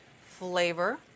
flavor